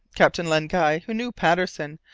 captain len guy, who knew patterson,